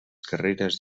carreres